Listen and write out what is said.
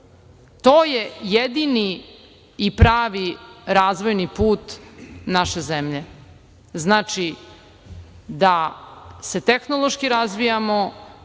To je jedini i pravi razvojni put naše zemlje. Znači, da se tehnološki razvijamo,